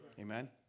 Amen